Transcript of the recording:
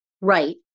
Right